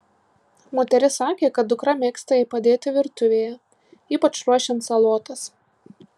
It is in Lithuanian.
moteris sakė kad dukra mėgsta jai padėti virtuvėje ypač ruošiant salotas